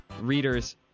readers